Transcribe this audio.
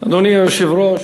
היושב-ראש,